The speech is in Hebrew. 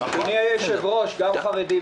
אתגרי המשק אגיד מספר מילים על הטווח הקצר והטווח